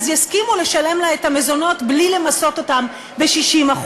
יסכימו לשלם לה את המזונות בלי למסות אותם ב-60%.